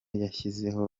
yashyizeho